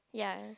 ya